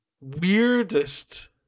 weirdest